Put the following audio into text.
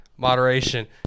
Moderation